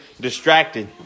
distracted